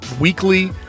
weekly